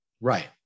right